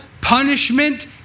punishment